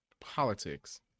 Politics